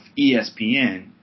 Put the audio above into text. ESPN